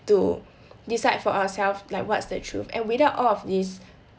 to decide for ourselves like what's the truth and without all of this